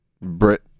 Brit